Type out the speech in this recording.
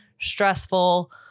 stressful